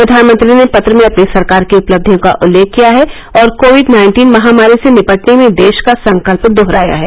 प्रधानमंत्री ने पत्र में अपनी सरकार की उपलब्धियों का उल्लेख किया है और कोविड नाइन्टीन महामारी से निपटने में देश का संकल्प दोहराया है